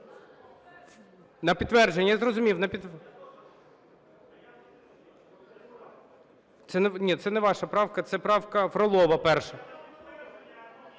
на підтвердження. Ні, це не ваша правка. Це правка Фролова, перша.